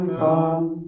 come